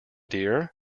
dear